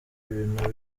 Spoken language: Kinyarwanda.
ibintu